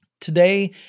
Today